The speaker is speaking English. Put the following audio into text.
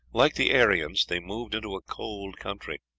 like the aryans, they moved into a cold country